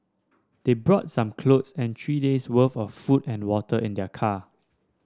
they brought some clothes and three days worth of food and water in their car